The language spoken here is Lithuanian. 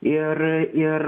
ir ir